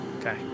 Okay